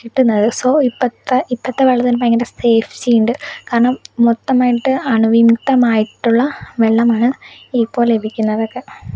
കിട്ടുന്നത് സോ ഇപ്പഴത്തെ ഇപ്പഴത്തെ വെള്ളത്തിന് ഭയങ്കര സേഫ്റ്റിയുണ്ട് കാരണം മൊത്തമായിട്ട് അണുവിമുക്തമായിട്ടുള്ള വെള്ളമാണ് ഇപ്പോൾ ലഭിക്കുന്നത് ഒക്കെ